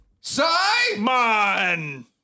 Simon